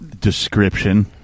description